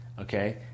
Okay